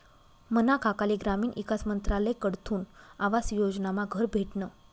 मना काकाले ग्रामीण ईकास मंत्रालयकडथून आवास योजनामा घर भेटनं